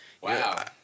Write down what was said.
wow